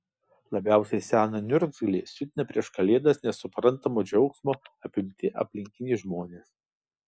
labiausiai seną niurzglį siutina prieš kalėdas nesuprantamo džiaugsmo apimti aplinkiniai žmonės